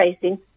facing